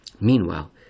Meanwhile